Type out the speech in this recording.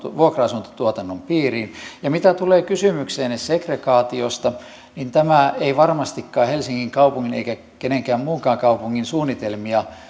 vuokra asuntotuotannon piiriin ja mitä tulee kysymykseenne segregaatiosta niin tämä ei varmastikaan helsingin kaupungin eikä minkään muunkaan kaupungin suunnitelmia